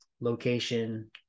location